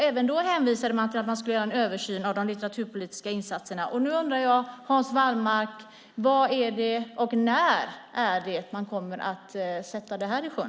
Även då hänvisade man till att man skulle göra en översyn av de litteraturpolitiska insatserna. Nu undrar jag: När tänker man sätta det här i sjön?